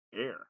air